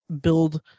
build